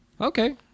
Okay